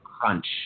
crunch